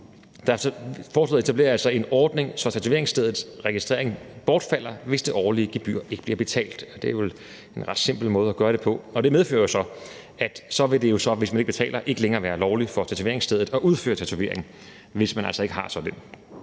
Forslaget etablerer altså en ordning, så tatoveringsstedets registrering bortfalder, hvis det årlige gebyr ikke bliver betalt. Det er vel en ret simpel måde at gøre det på. Det medfører jo så, at hvis man ikke betaler, vil det ikke længere være lovligt for tatoveringsstedet at udføre tatovering. Hvis man så fortsætter